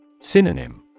Synonym